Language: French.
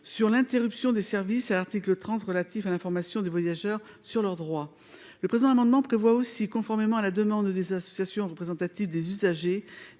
sur l'interruption des services à l'article 30 relatifs à l'information des voyageurs sur leurs droits. Le présent amendement prévoit aussi, conformément à la demande des associations représentatives des usagers